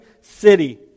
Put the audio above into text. city